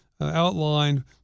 outlined